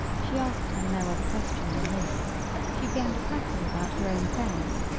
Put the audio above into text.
she asked him no other question than this she began to prattle about her own affairs.